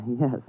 Yes